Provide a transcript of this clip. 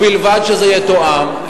ובלבד שזה יתואם.